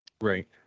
Right